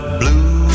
blue